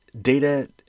data